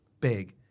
big